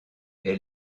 est